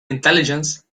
intelligence